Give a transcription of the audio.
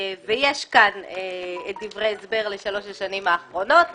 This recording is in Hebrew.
יש כאן דברי הסבר לשלוש השנים האחרונות.